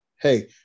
Hey